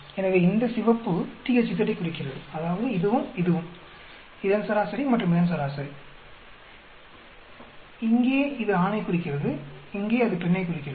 எனவே இந்த சிவப்பு THZ ஐ குறிக்கிறது அதாவது இதுவும் இதுவும் இதன் சராசரி மற்றும் இதன் சராசரி இங்கே இது ஆணைக் குறிக்கிறது இங்கே அது பெண்ணைக் குறிக்கிறது